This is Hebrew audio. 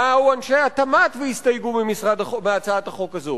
באו אנשי התמ"ת והסתייגו מהצעת החוק הזאת,